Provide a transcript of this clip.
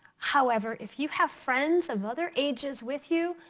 however, if you have friends of other ages with you,